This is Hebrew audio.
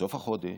בסוף החודש,